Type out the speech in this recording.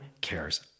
cares